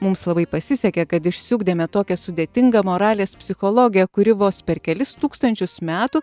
mums labai pasisekė kad išsiugdėme tokią sudėtingą moralės psichologiją kuri vos per kelis tūkstančius metų